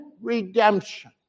redemption